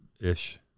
ish